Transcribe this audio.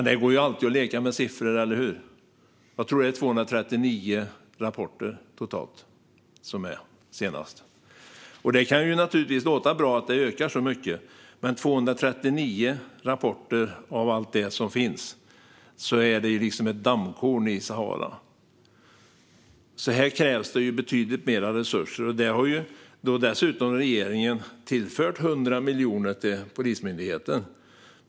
Det går alltid att leka med siffror, eller hur? Jag tror att det senast var totalt är 239 rapporter. Det kan naturligtvis låta bra att det ökar så mycket. Men 239 rapporter av allt det som finns är ett sandkorn i Sahara. Här krävs det betydligt mer resurser. Regeringen har dessutom tillfört 100 miljoner till Polismyndigheten.